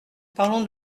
parlons